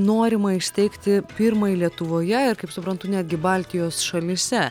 norima įsteigti pirmąjį lietuvoje ir kaip suprantu netgi baltijos šalyse